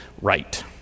right